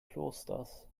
klosters